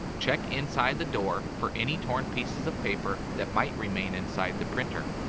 check inside the door for any torn pieces of paper that might remain inside the printer.